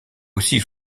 aussi